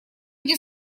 эти